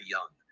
Young